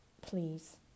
please